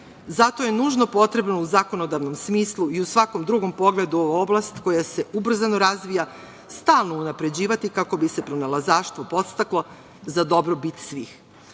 Zato je nužno potrebno u zakonodavnom smislu i u svakom drugom pogledu u oblast koja se ubrzano razvija, stalno unapređivati kako bi se pronalazaštvo podstaklo za dobrobit